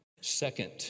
second